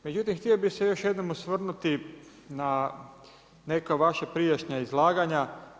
Međutim, htio bih se još jednom osvrnuti na neka vaša prijašnja izlaganja.